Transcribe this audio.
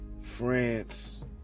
france